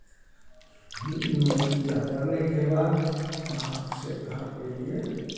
पूजा करने के बाद वहाँ से घर के लिए